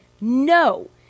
no